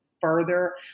further